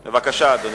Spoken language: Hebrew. בבקשה, אדוני.